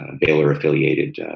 Baylor-affiliated